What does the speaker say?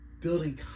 building